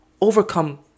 overcome